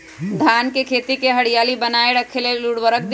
धान के खेती की हरियाली बनाय रख लेल उवर्रक दी?